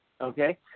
Okay